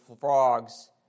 frogs